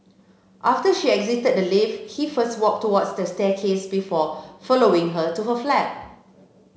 after she exited the lift he first walked towards the staircase before following her to her flat